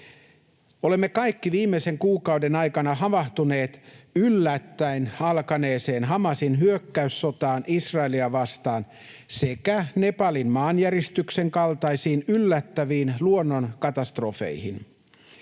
Olemme kaikki viimeisen kuukauden aikana havahtuneet yllättäen alkaneeseen Hamasin hyökkäyssotaan Israelia vastaan sekä Nepalin maanjäristyksen kaltaisiin yllättäviin luonnonkatastrofeihin.